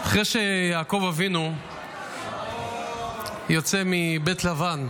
אחרי שיעקב אבינו יוצא מבית לבן,